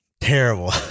terrible